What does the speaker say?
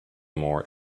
more